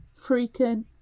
freaking